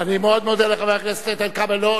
אני מאוד מודה לחבר הכנסת איתן כבל.